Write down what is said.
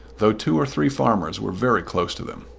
though two or three farmers were very close to them.